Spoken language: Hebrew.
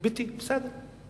אמיתי, ביתי, בסדר.